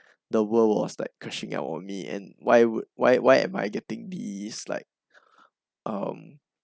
the world was like crashing out on me and why would why why am I getting these like um